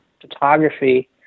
photography